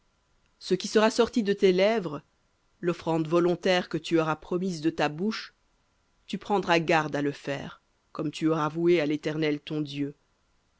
ce qui sera sorti de tes lèvres l'offrande volontaire que tu auras promise de ta bouche tu prendras garde à le faire comme tu auras voué à l'éternel ton dieu